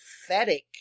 pathetic